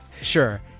Sure